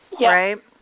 right